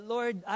Lord